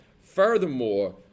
Furthermore